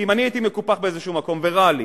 אם אני הייתי מקופח באיזשהו מקום ורע לי,